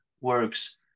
works